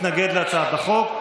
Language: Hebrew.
הוא התנגד להצעת החוק.